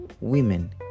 women